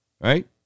Right